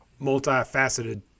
multifaceted